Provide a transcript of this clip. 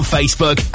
Facebook